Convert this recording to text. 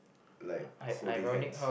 like holding hands